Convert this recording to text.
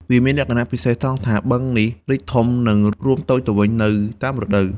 វាមានលក្ខណៈពិសេសត្រង់ថា បឹងនេះរីកធំ និងរួមតូចទៅតាមរដូវកាល។